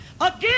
again